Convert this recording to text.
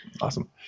awesome